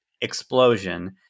explosion